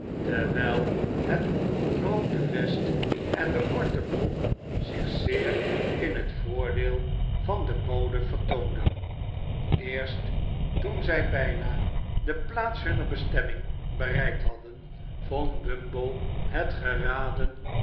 terwijl het groote vest en de korte broek zich zeer in het voordeel van den bode vertoonden eerst toen zij bijna de plaats hunner bestemming bereikt hadden vond bumble het geraden